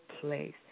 place